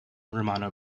romano